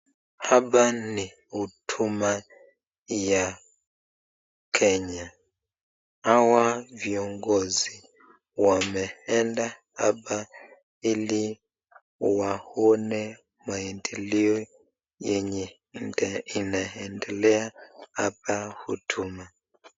Hapa ni huduma ya Kenya. Hawa viongozi wameenda hapa ili waone maendeleo yenye ina inaendelea hapa huduma.